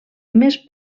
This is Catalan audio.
més